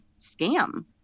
scam